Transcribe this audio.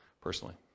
personally